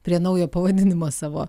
prie naujo pavadinimo savo